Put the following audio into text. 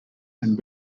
and